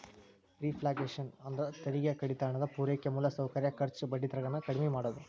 reflation ಅಂದ್ರ ತೆರಿಗೆ ಕಡಿತ ಹಣದ ಪೂರೈಕೆ ಮೂಲಸೌಕರ್ಯ ಖರ್ಚು ಬಡ್ಡಿ ದರ ಗಳನ್ನ ಕಡ್ಮಿ ಮಾಡುದು